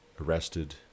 arrested